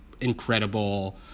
incredible